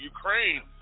Ukraine